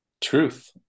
truth